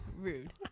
Rude